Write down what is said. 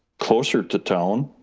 closer to town,